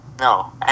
No